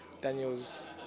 Daniel's